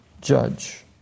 judge